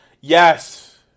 Yes